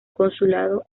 consulado